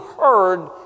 heard